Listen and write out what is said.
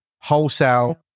wholesale